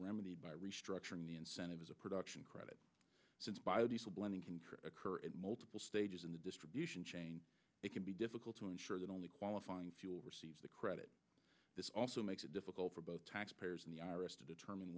remedied by restructuring the incentive is a production credit since biodiesel blending can trick multiple stages in the distribution chain it can be difficult to ensure that only qualifying few will receive the credit this also makes it difficult for both tax payers and the i r s to determine